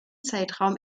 zeitraum